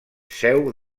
seu